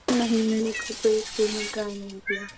नहीं मैंने कोई स्कूल में ट्राय नहीं किया